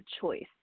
choice